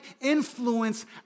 influence